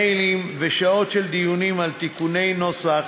מיילים ושעות של דיונים על תיקוני נוסח